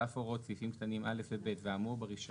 על אף הוראות סעיפים קטנים (א) ו-(ב) והאמור ברישיון,